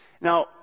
Now